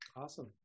awesome